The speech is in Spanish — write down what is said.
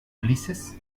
ulises